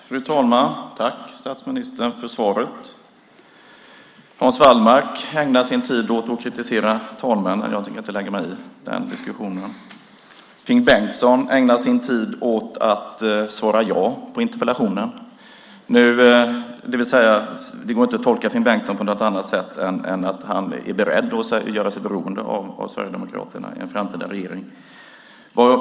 Fru talman! Tack, statsministern, för svaret! Hans Wallmark ägnar sin tid åt att kritisera talmännen. Jag tänker inte lägga mig i den diskussionen. Finn Bengtsson ägnar sin tid åt att svara ja på interpellationen. Det vill säga: Det går inte att tolka Finn Bengtsson på något annat sätt än att han är beredd att göra sig beroende av Sverigedemokraterna i en framtida regering.